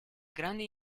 grandi